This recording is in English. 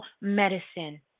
medicine